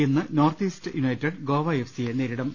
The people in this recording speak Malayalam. ഇന്ന് North East United Goa F സിയെ നേരിടും